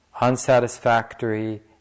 unsatisfactory